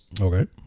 Okay